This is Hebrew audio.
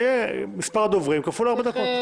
זה יהיה מספר הדוברים כפול ארבע דקות.